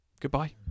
Goodbye